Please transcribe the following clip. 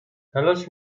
تلاش